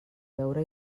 veure